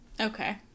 Okay